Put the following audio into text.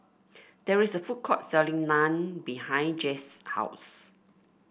there is a food court selling Naan behind Jase's house